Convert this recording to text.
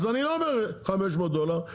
אז אני לא אומר 500 דולר,